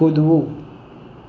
કૂદવું